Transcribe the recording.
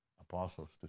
apostles